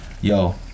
Yo